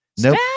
nope